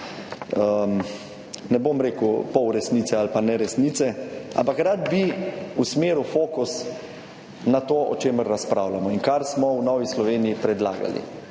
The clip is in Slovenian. ne bom rekel polresnice ali pa neresnice, ampak rad bi usmeril fokus na to, o čemer razpravljamo in kar smo v Novi Sloveniji predlagali.